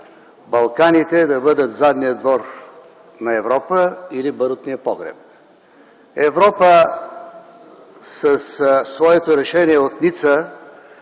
Балканите да бъдат задния двор на Европа или барутния погреб. Европа със своето решение от Ница